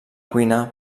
cuina